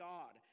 God